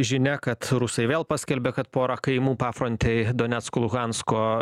žinia kad rusai vėl paskelbė kad porą kaimų pafrontėj donecko luhansko